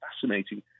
fascinating